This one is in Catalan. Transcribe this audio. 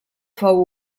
fou